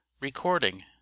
Recording